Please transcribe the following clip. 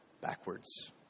backwards